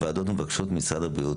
3. הוועדות מבקשות ממשרד הבריאות,